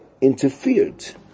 interfered